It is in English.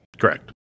Correct